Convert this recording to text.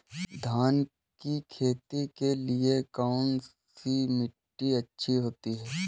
धान की खेती के लिए कौनसी मिट्टी अच्छी होती है?